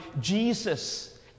Jesus